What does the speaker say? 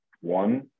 One